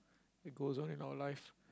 it goes on in our life